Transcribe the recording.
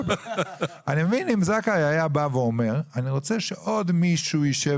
אם זכאי אם היה בא ואומר שהוא רוצה שעוד מישהו ישב